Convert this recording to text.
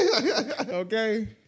okay